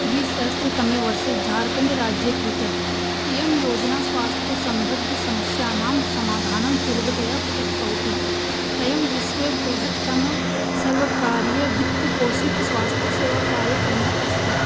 द्विसहस्रतमे वर्षे झार्खण्डराज्ये कृतः इयं योजना स्वास्थ्यसम्बद्धसमस्यानां समाधानं सुलभतया प्रस्तौति अयं विश्वे बृहत्तमसर्वकारीयवित्तपोषितस्वास्थ्यसेवाकार्यक्रमः अस्ति